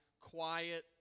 Quiet